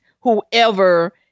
whoever